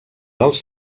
dels